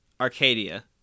Arcadia